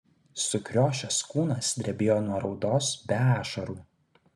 sukriošęs kūnas drebėjo nuo raudos be ašarų